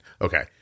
Okay